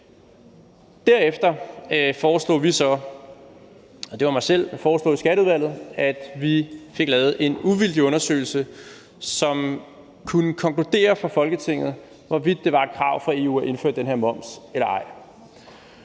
Derefter foreslog vi så – det var mig selv, der foreslog det i Skatteudvalget – at vi fik lavet en uvildig undersøgelse, som kunne konkludere for Folketinget, hvorvidt det var et krav fra EU at indføre den her moms eller ej.